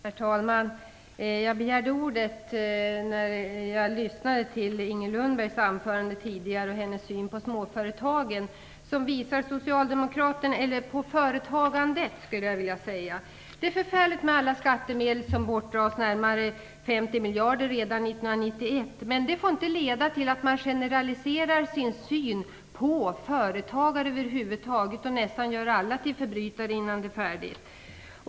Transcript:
Herr talman! Jag begärde ordet när jag lyssnade till Inger Lundbergs anförande, framför allt med tanke på hennes och socialdemokraternas syn på företagandet. Det är förfärligt med alla skattemedel som bortdras. Det kommer att röra sig om närmare 50 miljarder redan 1991. Det får dock inte leda till att man generaliserar sin syn på företagare över huvud taget och gör nästan alla till förbrytare innan det är färdigt.